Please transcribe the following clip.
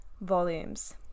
volumes